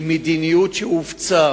הוא מדיניות שהופצה